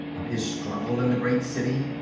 of his struggle in the great city,